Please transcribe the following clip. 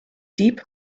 deep